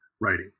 writing